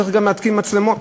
צריך גם להתקין מצלמות,